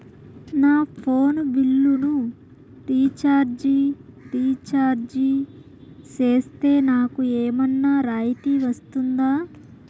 నా ఫోను బిల్లును recharge recharge సేస్తే, నాకు ఏమన్నా రాయితీ వస్తుందా?